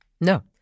No